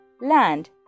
land